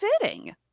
fitting